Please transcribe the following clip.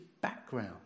background